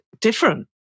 different